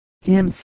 hymns